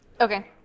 Okay